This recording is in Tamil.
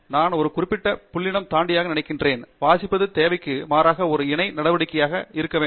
நான் ஒரு குறிப்பிட்ட புள்ளியைத் தாண்டியதாக நினைக்கிறேன் வாசிப்பு தேவைக்கு மாறாக ஒரு இணை நடவடிக்கையாக நடக்க வேண்டும்